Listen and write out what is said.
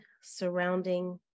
surrounding